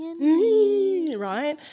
Right